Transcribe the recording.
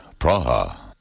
Praha